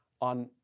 on